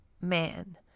man